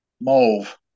Mauve